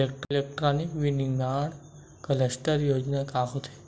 Electronic विनीर्माण cluster योजना का होथे?